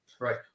right